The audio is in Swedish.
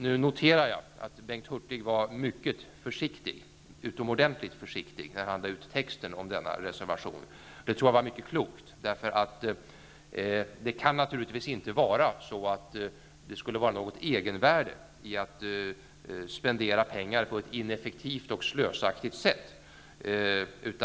Nu noterar jag att Bengt Hurtig var utomordentligt försiktig när han lade ut texten om denna reservation. Det tror jag var mycket klokt. Det kan naturligtvis inte vara något egenvärde i att spendera pengar på ett ineffektivt och slösaktigt sätt.